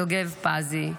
יוגב פזי.